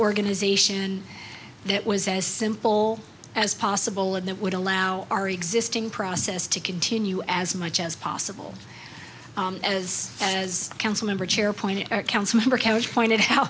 organization that was as simple as possible and that would allow our existing process to continue as much as possible as as council member chair point a council member couch pointed out